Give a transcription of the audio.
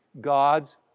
God's